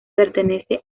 pertenece